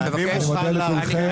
אני מודה לכולכם.